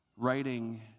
writing